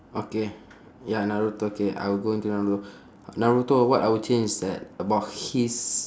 okay ya naruto K I will go into naruto naruto what I will change is that about his